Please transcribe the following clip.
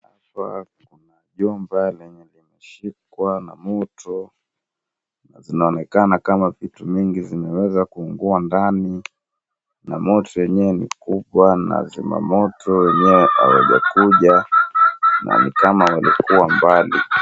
Hapa kuna jumba lenye limeshikwa na moto na zinaonekana kama vitu mingi zimeweza kuungua ndani, na moto yenyewe ni kubwa na wazima moto wenyewe hawajakuja na nikama walikuwa mbali.